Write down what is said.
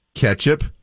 Ketchup